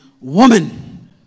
woman